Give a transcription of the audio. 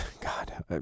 God